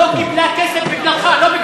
כמעט אמרתי לך, אבל,